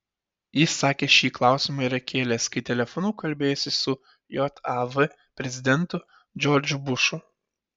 jis sakė šį klausimą yra kėlęs kai telefonu kalbėjosi su jav prezidentu džordžu bušu